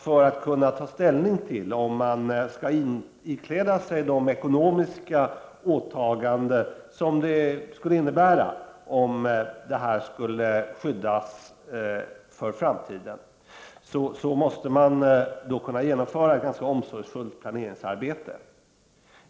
För att kunna ta ställning till om man kan ikläda sig de ekonomiska åtaganden som detta skulle innebära för att få ett skydd för framtiden måste man kunna genomföra ett omsorgsfullt plane ringsarbete.